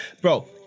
Bro